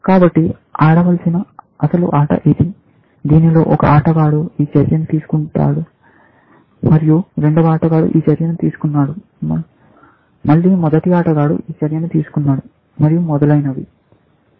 కాబట్టి ఆడవలసిన అసలు ఆట ఇది దీనిలో ఒక ఆటగాడు ఈ చర్య తీసుకున్నాడు మరియు రెండవ ఆటగాడు ఈ చర్య తీసుకున్నాడు మళ్ళీ మొదటి ఆటగాడు ఈ చర్య తీసుకున్నాడు మరియు మొదలైనవి